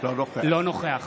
לא נוכח